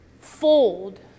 fold